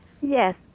Yes